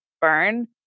burn